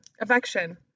affection